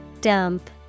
Dump